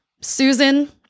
Susan